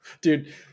Dude